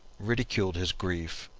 ridiculed his grief,